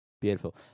Beautiful